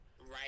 right